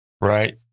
right